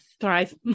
Thrive